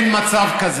אני הקשבתי לך.